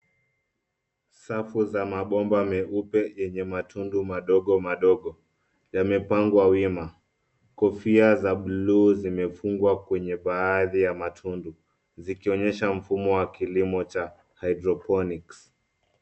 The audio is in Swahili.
Safu za mabomba meupe, yenye matundu madogo madogo, yamepangwa wima. Kofia za blue zimefungwa kwenye baadhi ya matundu, zikionyesha mfumo wa kilimo cha hydroponics .